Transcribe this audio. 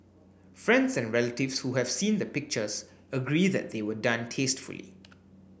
friends and relatives who have seen the pictures agree that they were done tastefully